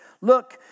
Look